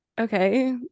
okay